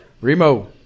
Remo